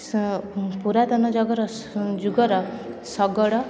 ଶ ପୁରାତନ ଯଗର ଯୁଗର ଶଗଡ଼